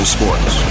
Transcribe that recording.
Sports